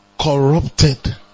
corrupted